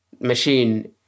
machine